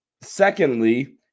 Secondly